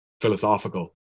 philosophical